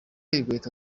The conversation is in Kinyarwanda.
inkweto